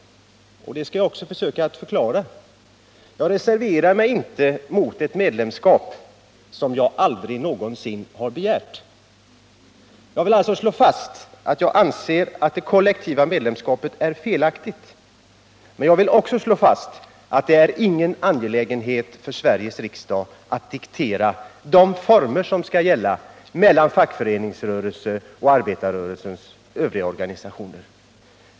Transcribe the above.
Jag skall försöka att förklara. Jag reserverar mig inte mot ett medlemskap som jag aldrig någonsin har begärt och vill slå fast att jag anser att det kollektiva medlemskapet är felaktigt. Men jag vill också slå fast att det inte är någon angelägenhet för Sveriges riksdag att diktera de former som skall gälla beträffande förhållandet mellan fackföreningsrörelsen och arbetarrörelsens övriga organisationer.